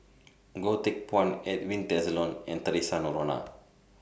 Goh Teck Phuan Edwin Tessensohn and Theresa Noronha